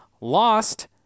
lost